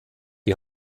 die